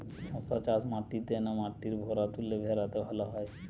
শশা চাষ মাটিতে না মাটির ভুরাতুলে ভেরাতে ভালো হয়?